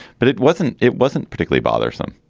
but it wasn't it wasn't particularly bothersome.